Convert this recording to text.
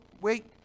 wait